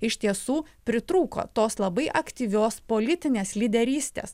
iš tiesų pritrūko tos labai aktyvios politinės lyderystės